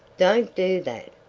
don't do that,